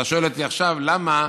אתה שואל אותי עכשיו למה